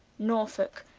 norfolke,